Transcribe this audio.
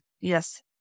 Yes